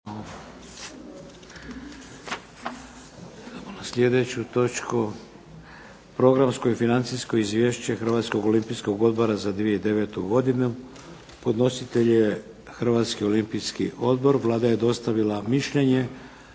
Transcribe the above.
na sljedeću točku - Programsko i financijsko izvješće Hrvatskog olimpijskog odbora za 2009. godinu Podnositelj je Hrvatski olimpijski odbor. Vlada je dostavila mišljenje